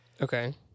Okay